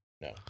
no